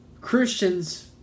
Christians